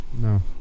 No